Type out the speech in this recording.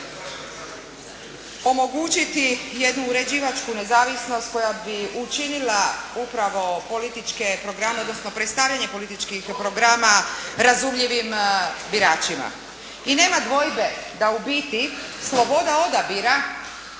omogućiti jednu uređivačku nezavisnost koja bi učinila upravo političke programe odnosno predstavljanje političkih programa razumljivim biračima. I nema dvojbe da u biti sloboda odabira